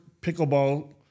pickleball